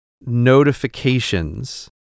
notifications